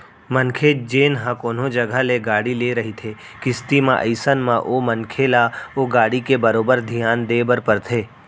मनखे जेन ह कोनो जघा ले गाड़ी ले रहिथे किस्ती म अइसन म ओ मनखे ल ओ गाड़ी के बरोबर धियान देय बर परथे